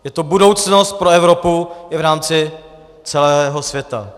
Je to budoucnost pro Evropu i v rámci celého světa.